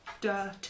Dirt